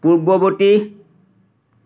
পূৰ্ৱবৰ্তী